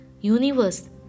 universe